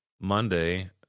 Monday